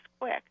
quick